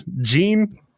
gene